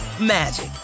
magic